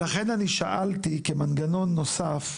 לכן אני שאלתי כמנגנון נוסף,